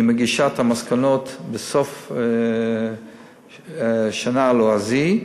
היא מגישה את המסקנות בסוף השנה הלועזית,